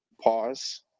pause